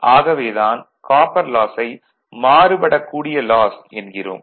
ஆகவே தான் காப்பர் லாஸை மாறுபடக்கூடிய லாஸ் என்கிறோம்